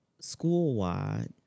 school-wide